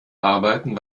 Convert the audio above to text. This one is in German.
arbeiten